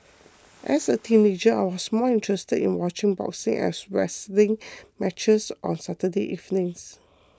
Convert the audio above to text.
as a teenager I was more interested in watching boxing and wrestling matches on Saturday evenings